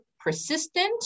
persistent